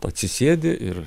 tu atsisėdi ir